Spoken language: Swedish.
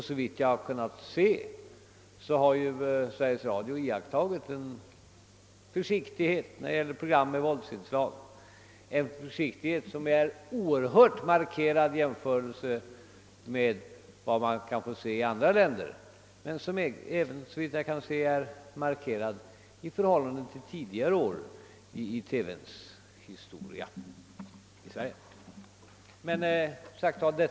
Såvitt jag har kunnat finna har Sveriges Radio iakttagit försiktighet när det gäller program med våldsinslag, en försiktighet som är oerhört starkt markerad i jämförelse med vad man kan få se i andra länder men som är markerad även i förhållande till vad som förekom under tidigare år av TV:s historia i Sverige.